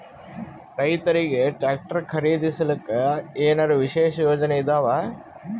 ರೈತರಿಗೆ ಟ್ರಾಕ್ಟರ್ ಖರೀದಿಸಲಿಕ್ಕ ಏನರ ವಿಶೇಷ ಯೋಜನೆ ಇದಾವ?